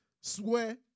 swear